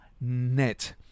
net